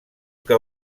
que